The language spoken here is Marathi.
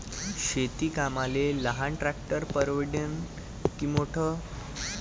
शेती कामाले लहान ट्रॅक्टर परवडीनं की मोठं?